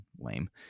lame